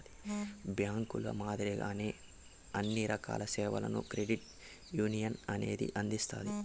బ్యాంకుల మాదిరిగానే అన్ని రకాల సేవలను క్రెడిట్ యునియన్ అనేది అందిత్తాది